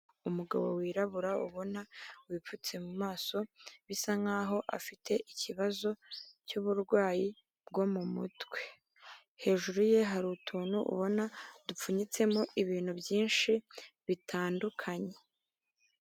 Umugabo wirabura ubona wipfutse mu maso bisa nkaho afite ikibazo cy'uburwayi bwo mu mutwe, hejuru ye hari utuntu ubona dupfunyitsemo ibintu byinshi bitandukanye.